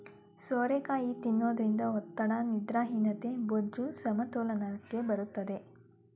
ಸೋರೆಕಾಯಿ ತಿನ್ನೋದ್ರಿಂದ ಒತ್ತಡ, ನಿದ್ರಾಹೀನತೆ, ಬೊಜ್ಜು, ಸಮತೋಲನಕ್ಕೆ ಬರುತ್ತದೆ